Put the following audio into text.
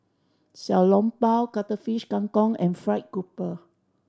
Xiao Long Bao Cuttlefish Kang Kong and fried grouper